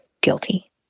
guilty